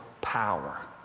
power